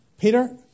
Peter